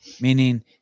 Meaning